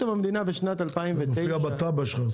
זה מופיע בתב"ע שלך.